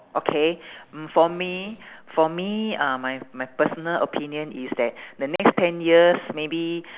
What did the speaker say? okay mm for me for me uh my my personal opinion is that the next ten years maybe